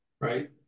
Right